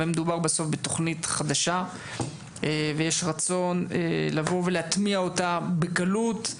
והתוכנית היא חדשה ויש רצון ולהטמיע אותה בקלות,